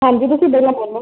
ਹਾਂਜੀ ਤੁਸੀਂ ਬੋਲੋ ਪਹਿਲਾਂ